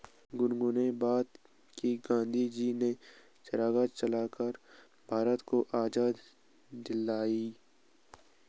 गुनगुन ने बताया कि गांधी जी ने चरखा चलाकर भारत को आजादी दिलाई